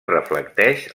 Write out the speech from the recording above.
reflecteix